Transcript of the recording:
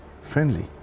friendly